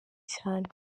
cyane